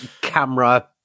camera